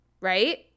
right